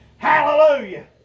Hallelujah